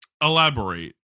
elaborate